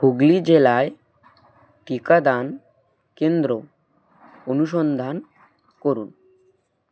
হুগলি জেলায় টিকাদান কেন্দ্র অনুসন্ধান করুন